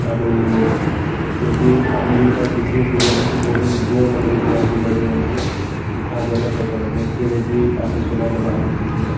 ଆରୁ ଯଦି ପାନି ବିଟା କିଛି ବି ପ୍ରୋବ୍ଲେମ୍ ହେଲେ ତ ବୋରିଂ ବୋର୍ ମାନେ ବି ଦିଆହେଇଚି ଜମି ମନକୁ ଉଠା ଜଲସେଚନ ଯେନ୍ଥିରେ କି ପାନି ସଦା ହେଲେ ବାହାରୁଥିସିନ